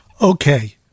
Okay